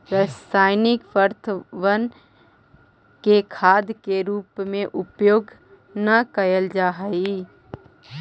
रासायनिक पदर्थबन के खाद के रूप में उपयोग न कयल जा हई